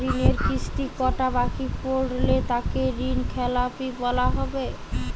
ঋণের কিস্তি কটা বাকি পড়লে তাকে ঋণখেলাপি বলা হবে?